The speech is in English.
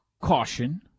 caution